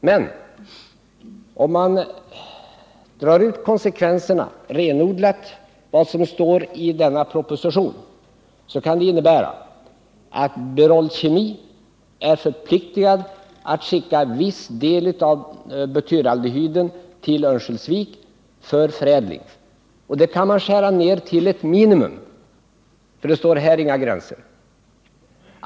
Men om man drar ut konsekvenserna av vad som står i denna proposition kan det innebära att Berol Kemi är förpliktigat att skicka endast en viss mindre del av butyraldehyden till Örnsköldsvik för förädling. Det kan skäras ned till ett minimum, eftersom det här inte anges några gränser.